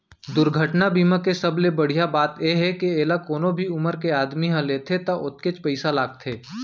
दुरघटना बीमा के सबले बड़िहा बात ए हे के एला कोनो भी उमर के आदमी ह लेथे त ओतकेच पइसा लागथे